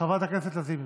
חברת הכנסת לזימי,